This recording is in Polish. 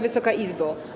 Wysoka Izbo!